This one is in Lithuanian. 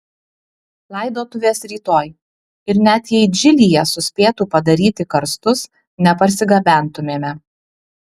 laidotuvės rytoj ir net jei džilyje suspėtų padaryti karstus neparsigabentumėme